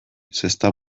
zesta